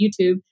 YouTube